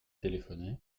téléphoné